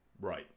Right